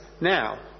now